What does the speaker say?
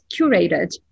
curated